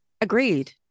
Agreed